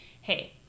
hey